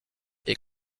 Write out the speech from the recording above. est